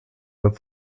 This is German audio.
beim